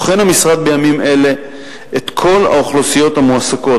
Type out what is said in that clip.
בוחן המשרד בימים אלה את כל האוכלוסיות המועסקות,